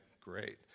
great